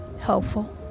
helpful